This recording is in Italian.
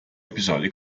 episodi